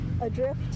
adrift